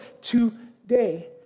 today